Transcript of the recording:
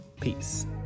Peace